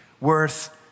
worth